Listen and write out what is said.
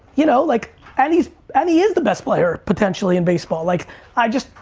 you know like and he is um he is the best player potentially in baseball. like i just,